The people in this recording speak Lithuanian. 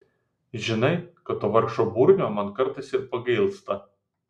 žinai kad to vargšo burnio man kartais ir pagailsta